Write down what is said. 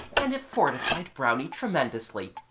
and it fortified brownie tremendously,